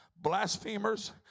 blasphemers